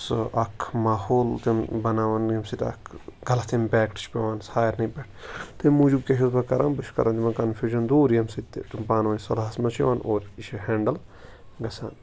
سُہ اَکھ ماحول تِم بَناوَن ییٚمہِ سۭتۍ اَکھ غلط اِمپیکٹ چھُ پٮ۪وان سارنٕے پٮ۪ٹھ تَمہِ موٗجوٗب کیٛاہ چھُس بہٕ کَران بہٕ چھُس کَران تِمَن کَنفیوٗجَن دوٗر ییٚمہِ سۭتۍ تہِ تِم پانہٕ ؤنۍ صُلحَس منٛز چھِ یِوان اور یہِ چھِ ہینٛڈٕل گژھان